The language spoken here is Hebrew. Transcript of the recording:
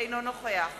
אינו נוכח